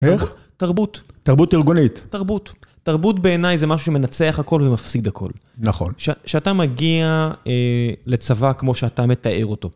איך? תרבות. תרבות ארגונית. תרבות. תרבות בעיניי זה משהו שמנצח הכל ומפסיד הכל. נכון. שאתה מגיע לצבא כמו שאתה מתאר אותו.